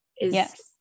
yes